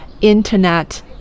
internet